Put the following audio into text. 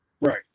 right